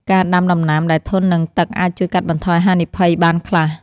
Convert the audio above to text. ការដាំដំណាំដែលធន់នឹងទឹកអាចជួយកាត់បន្ថយហានិភ័យបានខ្លះ។